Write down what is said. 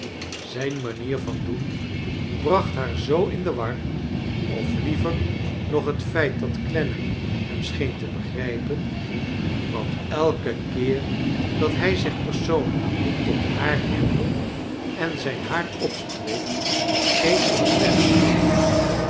zijn manier van doen bracht haar zoo in de war of liever nog het feu dat clennam hem scheen te begrijpen want elken keer dat hij zich persoonlijk tot haar wendde en zijn haar opstreek keek zij clennam aau